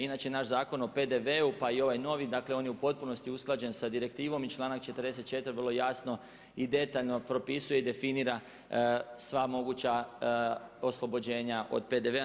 Inače naš Zakon o PDV-u pa i ovaj novi, dakle on je u potpunosti usklađen sa direktivom i članak 44. vrlo jasno i detaljno propisuje i definira sva moguća oslobođenja od PDV-a.